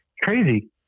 crazy